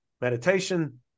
meditation